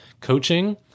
coaching